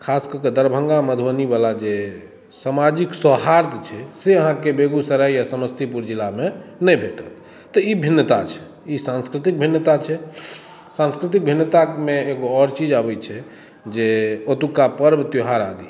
खास कऽ कऽ दरभङ्गा मधुबनी बला जे समाजिक सौहार्द छै से अहाँके बेगूसराय या समस्तीपुर जिला मे नहि भेटत तऽ ई भिन्नता छै ई सान्स्कृतिक भिन्न्ता छै सान्स्कृतिक भिन्नता मे एगो आओर चीज अबै छै जे ओतुका पर्ब त्यौहार आदि